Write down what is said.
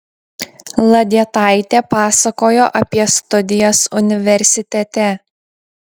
ladietaitė pasakojo apie studijas universitete